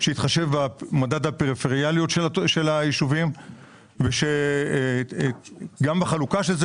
שיתחשב במדד הפריפריאליות של היישובים ושגם בחלוקה של זה